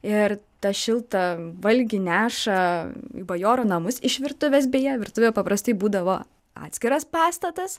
ir tą šiltą valgį neša į bajorų namus iš virtuvės beje virtuvė paprastai būdavo atskiras pastatas